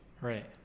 right